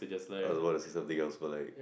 I was about to say something else but like